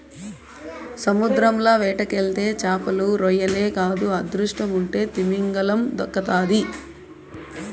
సముద్రంల వేటకెళ్తే చేపలు, రొయ్యలే కాదు అదృష్టముంటే తిమింగలం దక్కతాది